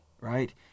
right